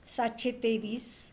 सातशे तेवीस